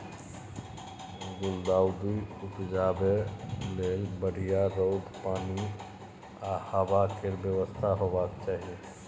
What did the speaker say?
गुलदाउदी उपजाबै लेल बढ़ियाँ रौद, पानि आ हबा केर बेबस्था हेबाक चाही